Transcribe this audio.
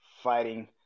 fighting